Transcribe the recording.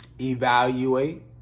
Evaluate